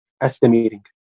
estimating